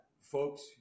folks